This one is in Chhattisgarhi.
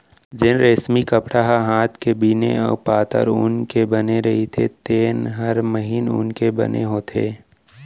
जेन रेसमी कपड़ा ह हात के बिने अउ पातर ऊन के बने रइथे तेन हर महीन ऊन के बने होथे